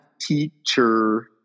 teacher